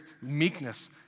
meekness